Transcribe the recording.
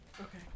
Okay